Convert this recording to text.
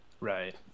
Right